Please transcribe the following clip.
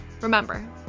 remember